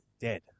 dead